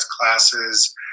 classes